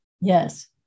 Yes